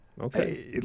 Okay